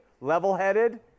level-headed